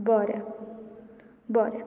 बरें बरें